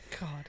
God